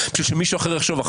בשביל שמישהו אחר יחשוב אחר כך?